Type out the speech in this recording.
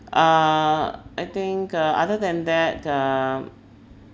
uh I think uh other than that um